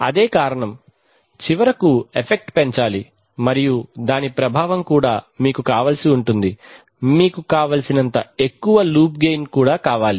అదే కారణం చివరకు ఎఫెక్ట్ పెంచాలి మరియు దాని ప్రభావం కూడా మీకు కావలసి ఉంటుంది మీకు కావలసినంత ఎక్కువ లూప్ గెయిన్ కూడా కావాలి